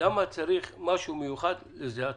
למה צריך משהו מיוחד לשדה התעופה?